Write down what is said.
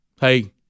Hey